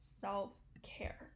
self-care